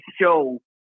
show